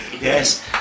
Yes